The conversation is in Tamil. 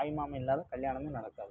தாய்மாமன் இல்லாமல் கல்யாணமே நடக்காது